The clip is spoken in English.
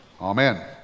Amen